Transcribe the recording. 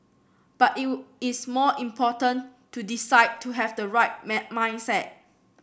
but it was it's more important to decide to have the right my mindset